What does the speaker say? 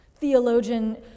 Theologian